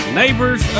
neighbors